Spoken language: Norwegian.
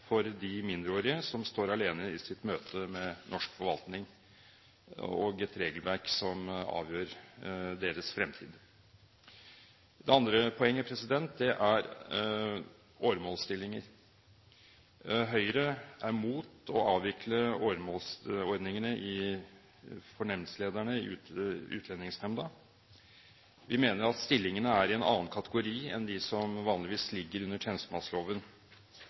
for de mindreårige som står alene i sitt møte med norsk forvaltning, og med et regelverk som avgjør deres fremtid. Det andre poenget er åremålsstillinger. Høyre er imot å avvikle åremålsordningene for nemndlederne i Utlendingsnemnda. Vi mener at stillingene er i en annen kategori enn de som vanligvis ligger under tjenestemannsloven.